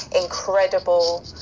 incredible